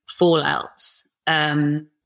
fallouts